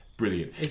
Brilliant